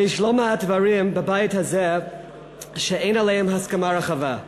יש לא מעט דברים בבית הזה שאין עליהם הסכמה רחבה.